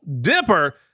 Dipper